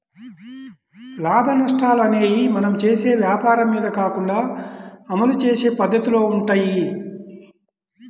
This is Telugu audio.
లాభనష్టాలు అనేయ్యి మనం చేసే వ్వాపారం మీద కాకుండా అమలు చేసే పద్దతిలో వుంటయ్యి